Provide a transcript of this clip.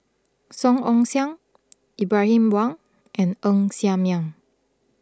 Song Ong Siang Ibrahim Awang and Ng Ser Miang